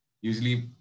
usually